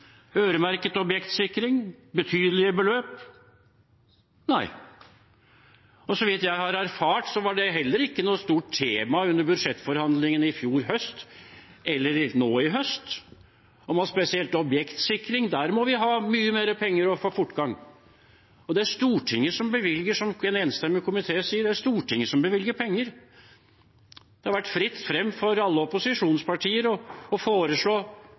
øremerket objektsikring? Nei. Og så vidt jeg har erfart, var det heller ikke noe stort tema under budsjettforhandlingene i fjor høst eller nå i høst om at vi spesielt til objektsikring må ha mye mer penger og få fortgang. Det er Stortinget som bevilger penger, og det har vært fritt frem for alle opposisjonspartier å foreslå øremerkede tilleggsbevilgninger til objektsikring både hos politiet og hos Forsvaret. Så er ikke kommet, og da synes jeg ikke det er helt unaturlig å